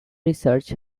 research